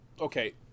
Okay